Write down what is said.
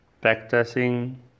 practicing